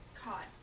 caught